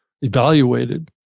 evaluated